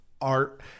art